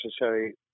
necessary